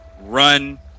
run